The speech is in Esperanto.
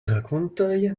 rakontoj